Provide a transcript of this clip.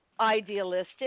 idealistic